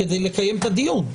כדי לקיים את הדיון.